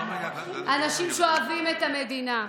אנשים שאוהבים את המדינה.